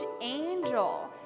angel